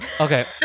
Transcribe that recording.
okay